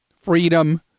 freedom